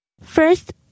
First